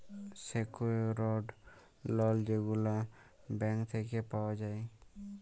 secured loan যেগলা bank থ্যাইকে পাউয়া যায়